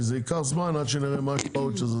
כי ייקח זמן עד שנראה מה ההשפעות של זה,